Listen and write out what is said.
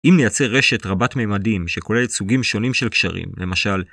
אם נייצר רשת רבת מימדים שכוללת סוגים שונים של קשרים, למשל...